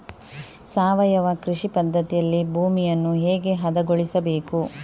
ಸಾವಯವ ಕೃಷಿ ಪದ್ಧತಿಯಲ್ಲಿ ಭೂಮಿಯನ್ನು ಹೇಗೆ ಹದಗೊಳಿಸಬೇಕು?